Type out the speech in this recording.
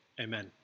amen